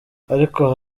ariko